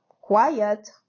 quiet